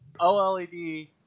OLED